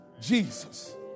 Jesus